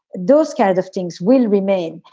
those kinds of things will remain,